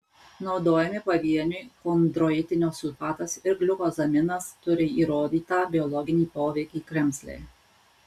naudojami pavieniui chondroitino sulfatas ir gliukozaminas turi įrodytą biologinį poveikį kremzlei